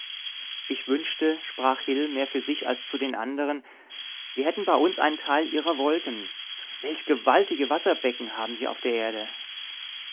ich wünschte sprach hil mehr für sich als zu den andern wir hätten bei uns einen teil ihrer wolken welch gewaltige wasserbecken haben sie auf der erde